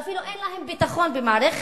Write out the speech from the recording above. ואפילו אין להם ביטחון במערכת.